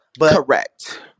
Correct